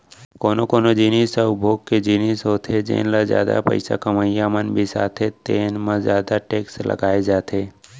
कोनो कोनो जिनिस ह उपभोग के जिनिस होथे जेन ल जादा पइसा कमइया मन बिसाथे तेन म जादा टेक्स लगाए जाथे